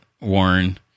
Warren